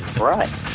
Right